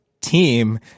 team